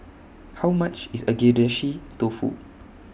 How much IS Agedashi Dofu